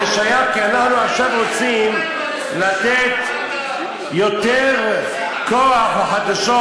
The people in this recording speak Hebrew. זה שייך כי אנחנו עכשיו רוצים לתת יותר כוח לחדשות,